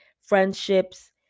friendships